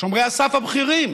שומרי הסף הבכירים: